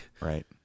Right